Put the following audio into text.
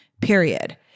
period